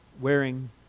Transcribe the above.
wearing